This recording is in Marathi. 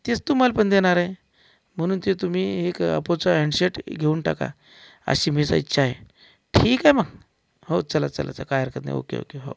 तेच तुम्हाला पण देणार आहे म्हणून ते तुम्ही एक ओपोचा हँडसेट घेऊन टाका अशी माझी इच्छा आहे ठीक आहे मग हो चला चला चला काय हरकत नाही ओके ओके हो